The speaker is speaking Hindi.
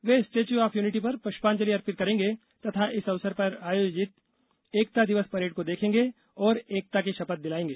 वे स्टेच्यू ऑफ यूनिटी पर पुष्पांजलि अर्पित करेंगे तथा इस अवसर पर आयोजित एकता दिवस परेड को देखेंगे और एकता की शपथ दिलायेंगे